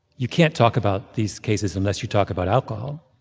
you can't talk about these cases unless you talk about alcohol.